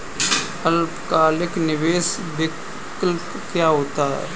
अल्पकालिक निवेश विकल्प क्या होता है?